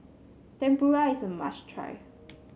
Tempura is a must try